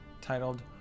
titled